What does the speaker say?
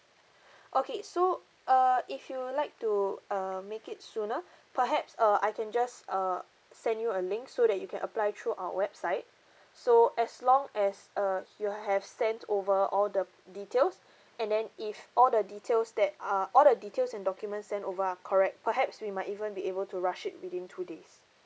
okay so uh if you would like to uh make it sooner perhaps uh I can just uh send you a link so that you can apply through our website so as long as uh you have sent over all the details and then if all the details that are all the details and documents send over are correct perhaps we might even be able to rush it within two days